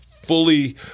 fully